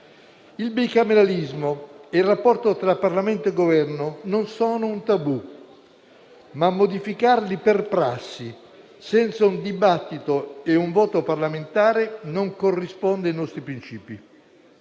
Il bicameralismo e il rapporto tra Parlamento e Governo non sono un tabù, ma modificarli per prassi, senza un dibattito né un voto parlamentare, non corrisponde ai nostri principi.